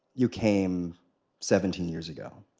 you came seventeen years ago.